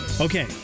Okay